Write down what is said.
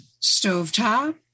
stovetop